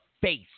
face